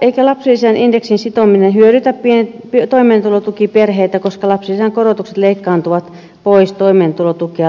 eikä lapsilisän indeksiin sitominen hyödytä toimeentulotukiperheitä koska lapsilisän korotukset leikkaantuvat pois toimeentulotukea laskettaessa